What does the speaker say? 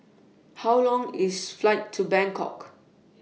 How Long IS Flight to Bangkok